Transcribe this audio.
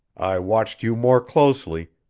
i watched you more closely,